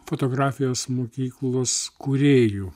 fotografijos mokyklos kūrėjų